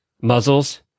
Muzzles